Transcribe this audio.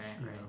right